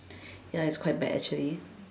ya it's quite bad actually